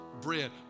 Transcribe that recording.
bread